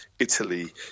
Italy